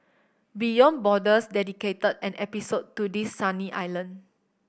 Beyond Borders dedicated an episode to this sunny island